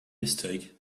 mistake